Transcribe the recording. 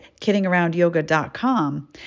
kiddingaroundyoga.com